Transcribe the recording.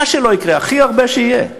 מה שלא יקרה, הכי הרבה שיהיה,